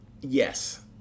Yes